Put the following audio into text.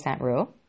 rule